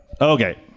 Okay